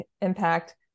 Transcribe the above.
impact